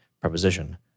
preposition